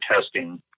testing